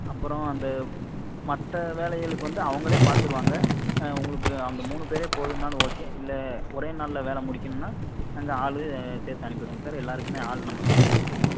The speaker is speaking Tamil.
அப்புறோம் அந்த மற்ற வேலைகளுக்கு வந்து அவங்களே பார்த்துருவாங்க உங்களுக்கு அந்த மூணு பேர் போதும்னாலும் ஓகே இல்லை ஒரே நாளில் வேலை முடிக்கணுன்னா நாங்கள் ஆள் சேர்த்து அனுப்பிடுவோங்க சார் எலலோருக்குமே ஆள் நம்மக்கிட்ட இருக்குது